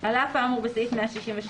"(ב)על אף האמור בסעיף 163(א),